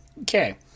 Okay